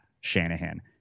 Shanahan